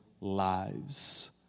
lives